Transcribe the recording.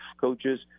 coaches